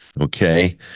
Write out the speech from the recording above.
okay